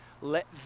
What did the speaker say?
let